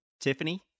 Tiffany